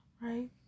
right